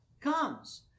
comes